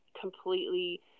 completely